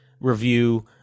review